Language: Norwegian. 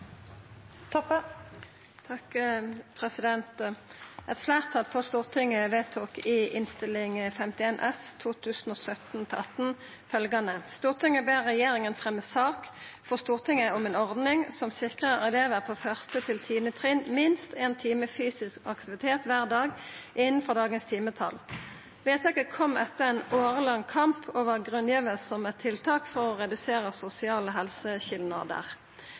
på Stortinget vedtok i Innst. 51 S følgjande: «Stortinget ber regjeringen fremme sak for Stortinget om en ordning som sikrer elever på 1.–10. trinn minst én time fysisk aktivitet hver dag innenfor dagens timetall.» Vedtaket kom etter ein årelang kamp og var grunngjeve som eit tiltak for å redusere sosiale